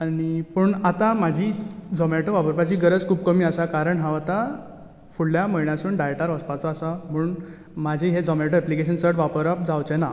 आनी पूण आतां म्हाजी झोमॅटो वापरपाची गरज खूब कमी आसा कारण हांव आतां फुडल्या म्हयन्यासून डायटार वचपाचो आसा म्हूण म्हाजी हें झोमॅटो एप्लिकेशन चड वापरप जावचें ना